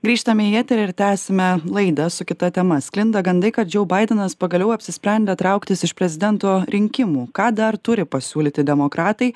grįžtame į eterį ir tęsiame laida su kita tema sklinda gandai kad džou baidenas pagaliau apsisprendė trauktis iš prezidento rinkimų ką dar turi pasiūlyti demokratai